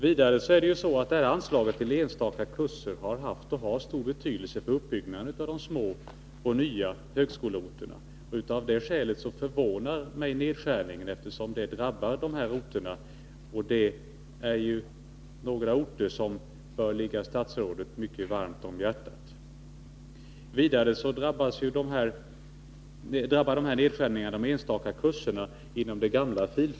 Vidare är det ju så att detta anslag till enstaka kurser har haft och har stor betydelse för uppbyggnaden av de små och nya högskoleorterna. Av det skälet förvånar mig nedskärningen, eftersom den drabbar de här orterna, orter som bör ligga statsrådet mycket varmt om hjärtat. Vidare drabbar de här. nedskärningarna de enstaka kurserna inom det gamla fil.